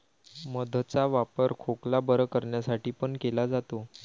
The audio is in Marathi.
मध चा वापर खोकला बरं करण्यासाठी पण केला जातो